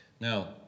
Now